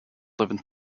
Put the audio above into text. driven